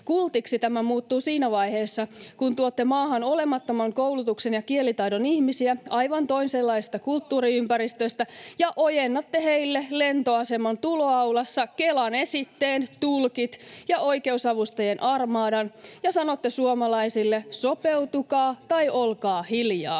Kultiksi tämä muuttuu siinä vaiheessa, kun tuotte maahan olemattoman koulutuksen ja kielitaidon ihmisiä aivan toisenlaisista kulttuuriympäristöistä ja ojennatte heille lentoaseman tuloaulassa Kelan esitteen, tulkit ja oikeusavustajien armadan, ja sanotte suomalaisille: sopeutukaa tai olkaa hiljaa.